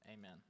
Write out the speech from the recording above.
Amen